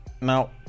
now